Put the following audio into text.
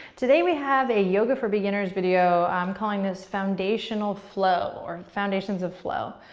today we have a yoga for beginners video. i'm calling this foundational flow, or foundations of flow.